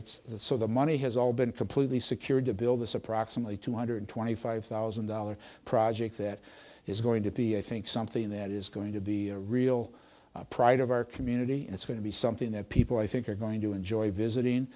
that so the money has all been completely secured to build this approximately two hundred twenty five thousand dollars project that is going to be i think something that is going to be a real pride of our community and it's going to be something that people i think are going to enjoy visiting